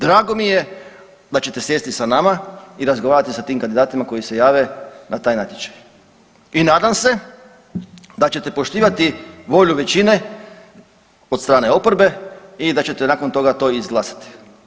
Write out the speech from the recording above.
Drago mi je da ćete sjesti sa nama i razgovarati sa tim kandidatima koji se jave na taj natječaj i nadam se da ćete poštivati volju većine od strane oporbe i da ćete nakon toga to izglasati.